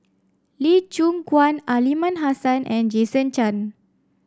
Lee Choon Guan Aliman Hassan and Jason Chan